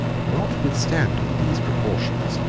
notwithstanding these precautions,